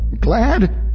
Glad